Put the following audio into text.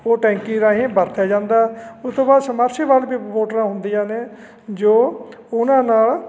ਉਹ ਟੈਂਕੀ ਰਾਹੀਂ ਵਰਤਿਆ ਜਾਂਦਾ ਉਹ ਤੋਂ ਬਾਅਦ ਸਮਰਸੀਵਲ ਵੀ ਮੋਟਰਾਂ ਹੁੰਦੀਆਂ ਨੇ ਜੋ ਉਹਨਾਂ ਨਾਲ